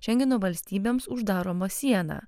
šengeno valstybėms uždaroma siena